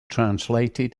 translated